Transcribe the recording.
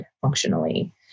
functionally